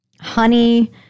honey